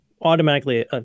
automatically